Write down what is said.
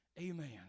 Amen